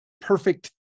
perfect